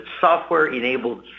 software-enabled